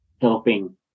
helping